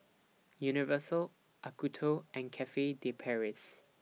Universal Acuto and Cafe De Paris